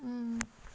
um